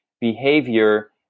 behavior